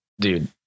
Dude